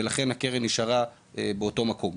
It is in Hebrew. ולכן הקרן נשארה באותו מקום.